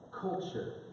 culture